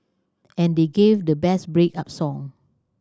and they gave the best break up song